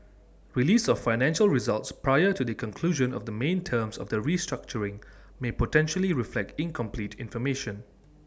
release of financial results prior to the conclusion of the main terms of the restructuring may potentially reflect incomplete information